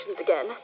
again